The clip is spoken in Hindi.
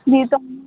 जी तो